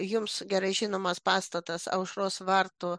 jums gerai žinomas pastatas aušros vartų